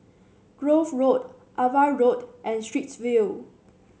Grove Road Ava Road and Straits View